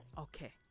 Okay